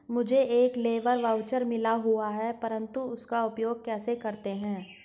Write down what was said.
मुझे एक labour voucher मिला हुआ है परंतु उसका उपयोग कैसे करते हैं?